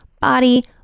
body